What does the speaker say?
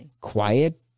quiet